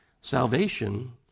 salvation